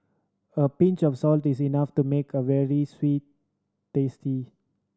a pinch of salt is enough to make a veal tasty